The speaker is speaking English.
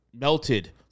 melted